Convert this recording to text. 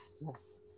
Yes